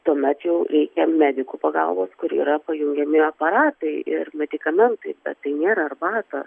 tuomet jau reikia medikų pagalbos kur yra pajungiami aparatai ir medikamentais bet tai nėra arbata